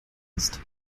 ist